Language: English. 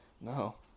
No